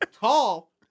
tall